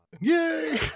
Yay